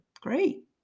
great